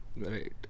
Right